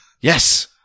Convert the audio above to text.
Yes